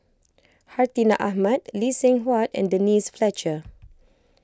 Hartinah Ahmad Lee Seng Huat and Denise Fletcher